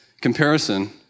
Comparison